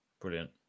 Brilliant